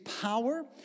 power